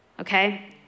Okay